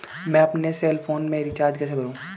मैं अपने cell phone में रिचार्ज कैसे करूँ?